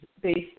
based